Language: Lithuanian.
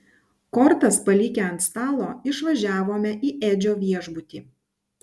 kortas palikę ant stalo išvažiavome į edžio viešbutį